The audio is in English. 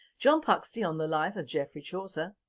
john puxty on the life of geoffrey chaucer